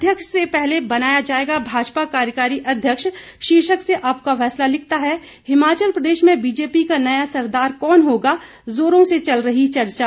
अध्यक्ष से पहले बनाया जाएगा भाजपा कार्यकारी अध्यक्ष शीर्षक से आपका फैसला लिखता है हिमाचल प्रदेश में बीजेपी का नया सरदार कौन होगा जोरों से चल रही चर्चा